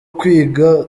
kwiga